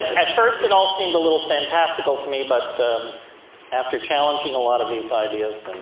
at first, it all seemed a little fantastical to me, but after challenging a lot of these ideas,